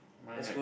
mine have